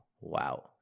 Wow